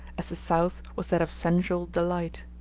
as the south was that of sensual delight.